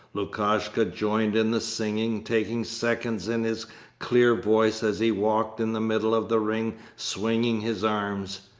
lukashka joined in the singing, taking seconds in his clear voice as he walked in the middle of the ring swinging his arms.